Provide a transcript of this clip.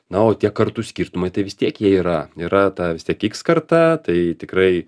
na o tie kartų skirtumai tai vis tiek jie yra yra ta vis tiek iks karta tai tikrai